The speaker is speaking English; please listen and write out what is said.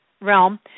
realm